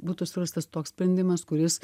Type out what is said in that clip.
būtų surastas toks sprendimas kuris